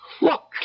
Look